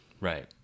Right